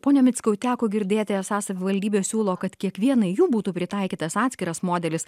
pone mickau teko girdėti esą savivaldybės siūlo kad kiekvienai jų būtų pritaikytas atskiras modelis